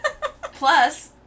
Plus